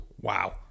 Wow